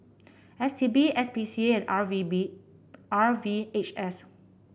S T B S P C A and R V B R V H S